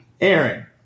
Aaron